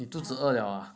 你肚子饿了